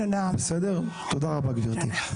תודה רבה גברתי.